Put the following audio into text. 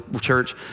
church